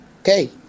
okay